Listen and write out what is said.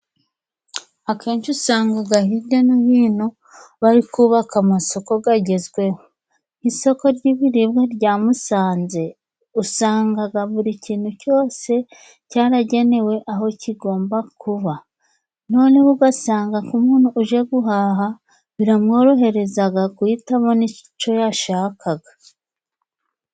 Akenshi usangaga hirya no hino bari kubaka amasoko gagezweho, nk'isoko ry'ibiribwa rya Musanze usangaga buri kintu cyose cyaragenewe aho kigomba kuba ,noneho ugasanga nk'umuntu uje guhaha biramworoherezaga guhitamo abona ico yashakaga.